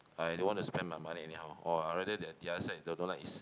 I don't want to spend my money anyhow or I rather that the other side I don't like is